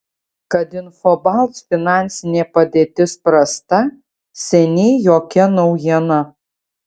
kad infobalt finansinė padėtis prasta seniai jokia naujiena